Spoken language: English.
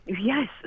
Yes